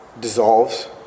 dissolves